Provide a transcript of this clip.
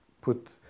put